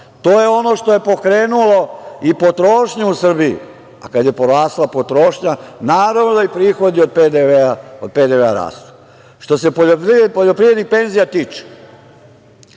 To je ono što je pokrenulo i potrošnju u Srbiji. Kada je porasla potrošnja naravno da i prihodi od PDV-a rastu. Što se poljoprivrednih penzija tiče,